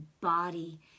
body